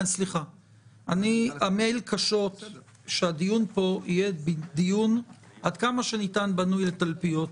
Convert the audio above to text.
אני עמל קשות שהדיון פה יהיה עד כמה שניתן בנוי לתלפיות.